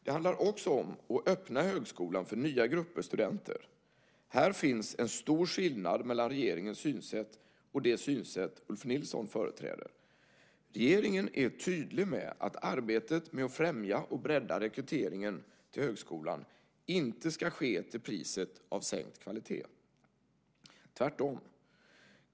Det handlar också om att öppna högskolan för nya grupper studenter. Här finns en stor skillnad mellan regeringens synsätt och det synsätt Ulf Nilsson företräder. Regeringen är tydlig med att arbetet med att främja och bredda rekryteringen till högskolan inte ska ske till priset av sänkt kvalitet, tvärtom.